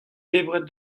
debret